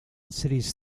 cities